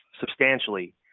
substantially